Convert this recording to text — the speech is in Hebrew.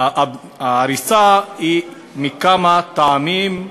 ההריסה היא מכמה טעמים: